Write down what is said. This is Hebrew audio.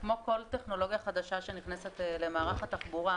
כל טכנולוגיה חדשה שנכנסת למערך התחבורה,